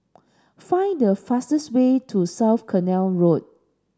find the fastest way to South Canal Road